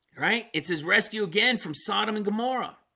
right, it's his rescue again from sodom and gomorrah